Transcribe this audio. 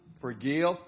forgive